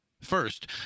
First